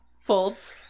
folds